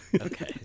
Okay